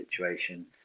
situation